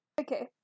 Okay